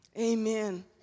Amen